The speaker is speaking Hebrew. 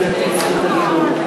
אז אשמור לו.